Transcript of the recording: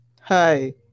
hi